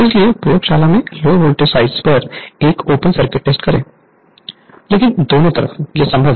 इसीलिए प्रयोगशाला में लो वोल्टेज साइड पर एक ओपन सर्किट टेस्ट करें लेकिन दोनों तरफ यह संभव है